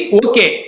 okay